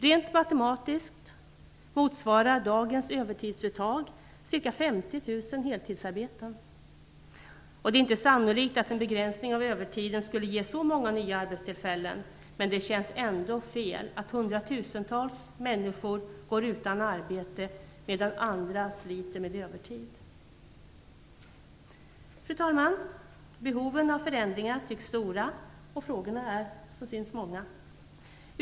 Rent matematiskt motsvarar dagens övertidsuttag ca 50 000 heltidsarbeten. Det är inte sannolikt att en begränsning av övertiden skulle ge så många nya arbetstillfällen, men det känns ändå fel att hundratusentals människor går utan arbete medan andra sliter med övertid. Fru talman! Behoven av förändringar tycks stora, och frågorna är, som framgår, många.